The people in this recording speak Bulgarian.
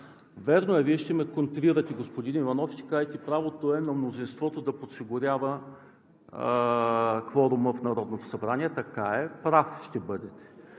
Вярно е, Вие ще ме контрирате, господин Иванов, ще кажете: правото е на мнозинството да подсигурява кворума в Народното събрание. Така е – прав ще бъдете.